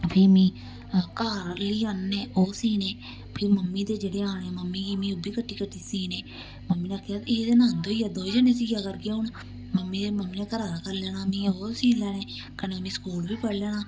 फ्ही मी घर लेई आह्नने ओह् सीने फ्ही मम्मी दे जेह्ड़े आने मम्मी गी मी ओह् बी कट्टी कट्टी सीने मम्मी ने आखेआ एह् ते नंद होई गेआ दोए जने सिया करगे हून मम्मी मम्मी ने घरा दा करी लैना मी ओह् सी लैने कन्नै मी स्कूल बी पढ़ी लैना